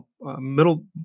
Middle